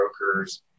brokers